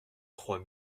trois